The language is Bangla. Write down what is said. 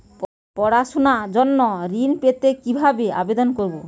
পড়াশুনা জন্য ঋণ পেতে কিভাবে আবেদন করব?